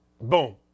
Boom